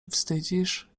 wstydzisz